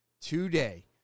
today